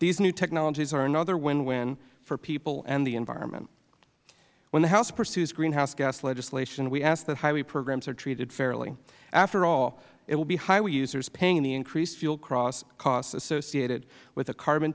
these new technologies are another win win for people and the environment when the house pursues greenhouse gas legislation we ask that highway programs are treated fairly after all it will be highway users paying the increased fuel costs associated with the carbon